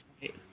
right